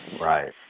Right